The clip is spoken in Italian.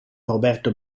roberto